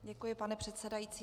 Děkuji, pane předsedající.